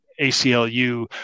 ACLU